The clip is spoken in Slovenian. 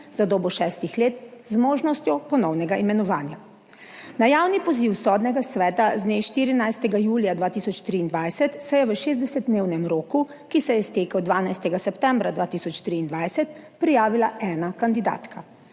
za dobo šestih let z možnostjo ponovnega imenovanja. Na javni poziv Sodnega sveta z dne 14. julija 2023 se je v 60-dnevnem roku, ki se je iztekel 12. septembra 2023, prijavila ena kandidatka.